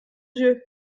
dieu